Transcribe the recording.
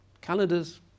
Calendars